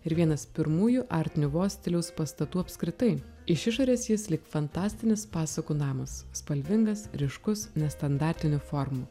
ir vienas pirmųjų art nivo stiliaus pastatų apskritai iš išorės jis lyg fantastinis pasakų namas spalvingas ryškus nestandartinių formų